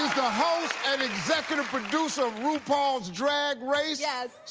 host and executive producer of rupaul's drag race. yes.